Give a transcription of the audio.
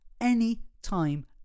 anytime